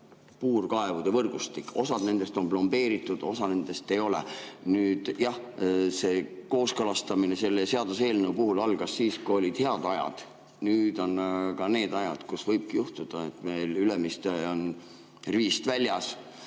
puurkaevude võrgustik, osa nendest on plombeeritud, osa ei ole. Kooskõlastamine selle seaduseelnõu puhul algas siis, kui olid head ajad. Nüüd on aga need ajad, kui võib juhtuda, et Ülemiste on rivist väljas.